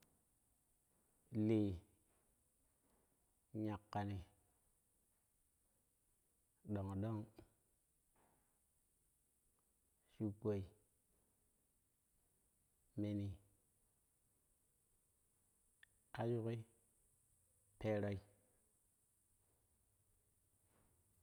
Hii yankani ɗong ɗong shuppa merui aɗuki peroi.